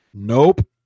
Nope